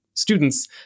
students